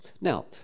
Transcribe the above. Now